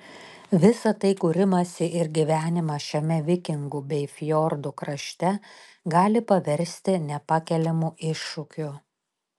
visa tai kūrimąsi ir gyvenimą šiame vikingų bei fjordų krašte gali paversti nepakeliamu iššūkiu